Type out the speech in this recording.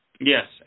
Yes